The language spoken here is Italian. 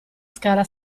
scala